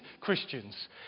Christians